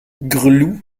gresloup